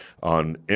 on